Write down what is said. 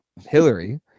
Hillary